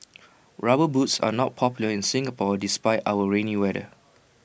rubber boots are not popular in Singapore despite our rainy weather